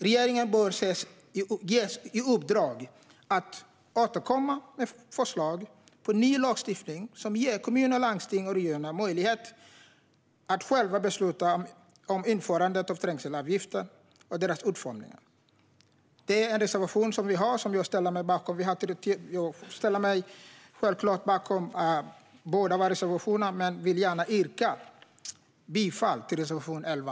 Regeringen bör ges i uppdrag att återkomma med förslag på ny lagstiftning som ger kommuner, landsting och regioner möjlighet att själva besluta om införande av trängselavgifter och deras utformning. Detta är en reservation vi har och som jag ställer mig bakom. Jag ställer mig självklart bakom båda våra reservationer men yrkar bifall enbart till reservation 11.